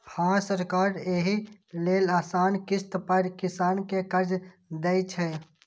हां, सरकार एहि लेल आसान किस्त पर किसान कें कर्ज दै छै